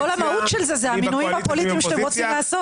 כל המהות של זה אלה המינויים הפוליטיים שאתם רוצים לעשות.